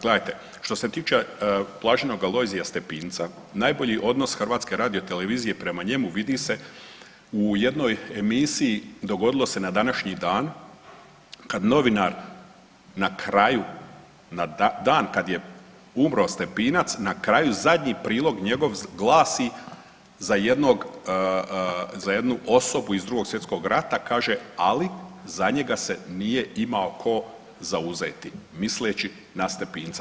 Gledajte, što se tiče Blaženog Alojzija Stepinca najbolji odnos HRT-a prema njemu vidi se u jednoj emisiji „Dogodilo se na današnji dan“ kad novinar na kraju, dan kad je umro Stepinac, na kraju zadnji prilog njegov glasi za jednog, za jednu osobu iz Drugog svjetskog rata kaže ali za njega se nije imao ko zauzeti misleći na Stepinca.